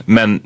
Men